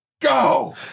Go